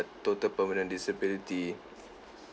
total permanent disability